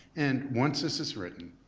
and once this is written,